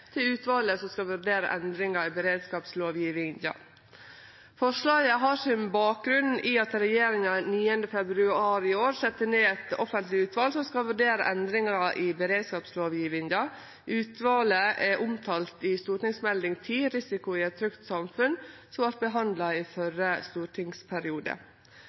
til utvalet som skal vurdere endringar i beredskapslovgjevinga. Forslaget har sin bakgrunn i at regjeringa 9. februar i år sette ned eit offentleg utval som skal vurdere endringar i beredskapslovgjevinga. Utvalet er omtalt i Meld. St. 10 for 2016–2017, Risiko i et trygt samfunn, som vart behandla i